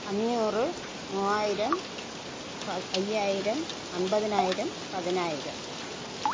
അഞ്ഞൂറ് മൂവായിരം പ അയ്യായിരം അൻപതിനായിരം പതിനായിരം